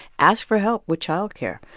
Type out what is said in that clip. ask for help with child care,